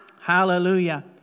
Hallelujah